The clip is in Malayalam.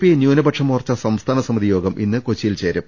പി ന്യൂനപക്ഷ മോർച്ച സംസ്ഥാന സമിതി യോഗം ഇന്ന് കൊച്ചി യിൽ ചേരും